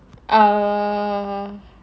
err